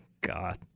God